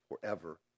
forever